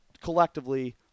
collectively